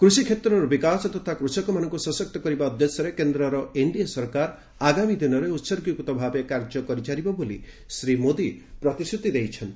କୃଷି କ୍ଷେତ୍ରର ବିକାଶ ତଥା କୃଷକମାନଙ୍କୁ ସଶକ୍ତ କରିବା ଉଦ୍ଦେଶ୍ୟରେ କେନ୍ଦ୍ରର ଏନ୍ଡିଏ ସରକାର ଆଗାମୀ ଦିନରେ ଉହର୍ଗୀକୃତ ଭାବେ କାର୍ଯ୍ୟ କରିଚାଲିବ ବୋଲି ମଧ୍ୟ ଶ୍ରୀ ମୋଦୀ ପ୍ରତିଶ୍ରତି ଦେଇଛନ୍ତି